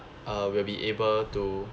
uh will be able to